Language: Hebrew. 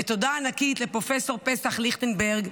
ותודה ענקית לפרופ' פסח ליכטנברג,